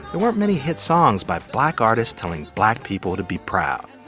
there weren't many hit songs by black artists telling black people to be proud.